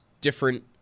different